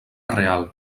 real